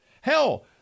Hell